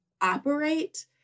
operate